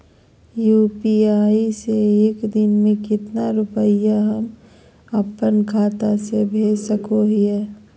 UPI से एक दिन में कितना रुपैया हम अपन खाता से भेज सको हियय?